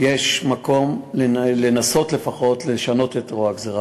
יש מקום לנסות לפחות לשנות את רוע הגזירה.